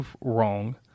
wrong